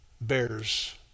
bears